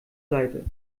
seite